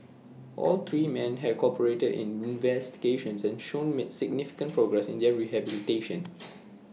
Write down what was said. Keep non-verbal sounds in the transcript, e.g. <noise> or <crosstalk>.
all three men had cooperated in investigations and shown <unintelligible> significant progress in their rehabilitation